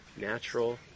natural